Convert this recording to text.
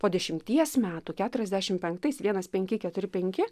po dešimties metų keturiasdešm penktais vienas penki keturi penkt